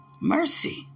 Mercy